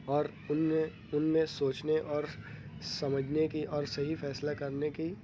اور ان میں ان میں سوچنے اور سمجھنے کی اور صحیح فیصلہ کرنے کی